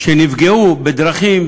שנפגעו בדרכים